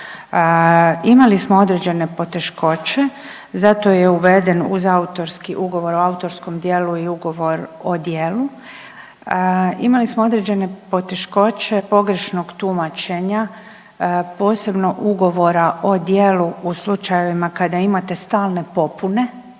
Imali smo određene poteškoće zato je uveden uz autorski ugovor o autorskom djelu i ugovor o djelu. Imali smo određene poteškoće pogrešnog tumačenja posebno ugovora o djelu u slučajevima kada imate stalne popune